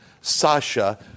Sasha